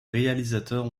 réalisateurs